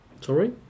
Sorry